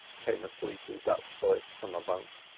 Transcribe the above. came a sleepy dutch voice from a bunk.